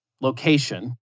location